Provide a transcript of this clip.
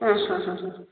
ହଁ ହଁ ହଁ ହଁ ହଁ